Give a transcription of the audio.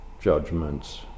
judgments